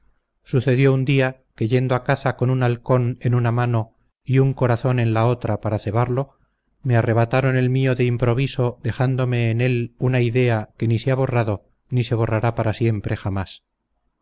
sucedió un día que yendo a caza con un halcón en una mano y un corazón en otra para cebarlo me arrebataron el mio de improviso dejandome en él una idea que ni se ha borrado ni se borrará para siempre jamás